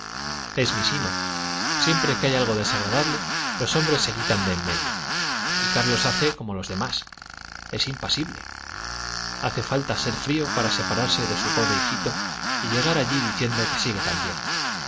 es mi sino siempre que hay algo desagradable los hombres se quitan de en medio y carlos hace como los demás es impasible hace falta ser frío para separarse de su pobre hijito y llegar allí diciendo que sigue tan